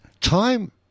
Time